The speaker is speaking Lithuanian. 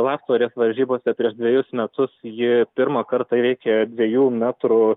laf taurės varžybose prieš dvejus metus ji pirmą kartą įveikė dviejų metrų